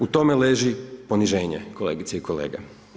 U tome leži poniženje kolegice i kolege.